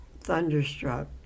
thunderstruck